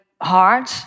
hard